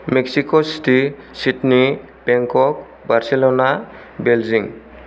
Mexico City Sydney Bangkok Barcelona Beijing